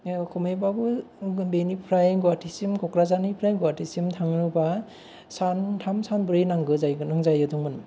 खमैबाबो बेनिफ्राय गुवाहाथि सिम क'क्राझार निफ्राय गुवाहाथि सिम थांनोबा सानथाम सानब्रै नांगौ जायो मोन